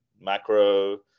macro